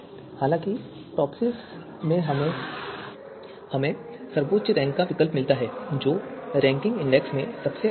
हालाँकि टॉपसिस में हमें सर्वोच्च रैंक का विकल्प मिलता है जो रैंकिंग इंडेक्स में सबसे अच्छा है